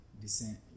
descent